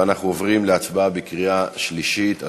ואנחנו עוברים להצבעה בקריאה שלישית.